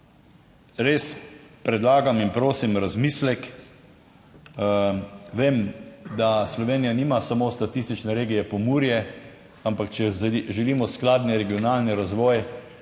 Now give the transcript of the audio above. res predlagam in prosim za razmislek. Vem, da Slovenija nima samo statistične regije Pomurje, ampak če želimo skladni regionalni razvoj,